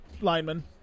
lineman